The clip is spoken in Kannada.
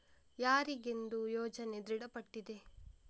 ಯಾರಿಗೆಂದು ಯೋಜನೆ ದೃಢಪಟ್ಟಿದೆ?